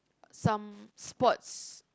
some sports